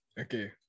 okay